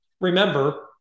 Remember